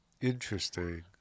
interesting